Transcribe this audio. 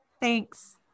Thanks